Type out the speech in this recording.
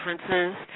differences